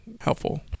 helpful